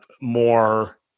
more